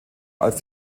als